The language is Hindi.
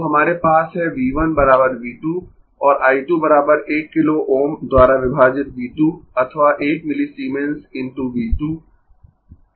तो हमारे पास है V 1 V 2 और I 2 1 किलो Ω द्वारा विभाजित V 2 अथवा 1 मिलीसीमेंस × V 2